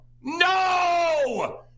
No